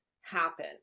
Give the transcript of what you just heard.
happen